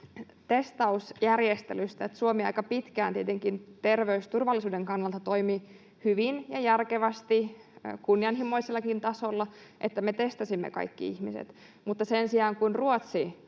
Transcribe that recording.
testausjärjestelystä, että Suomi aika pitkään tietenkin terveysturvallisuuden kannalta toimi hyvin ja järkevästi kunnianhimoisellakin tasolla, että me testasimme kaikki ihmiset, mutta sen sijaan, kun Ruotsi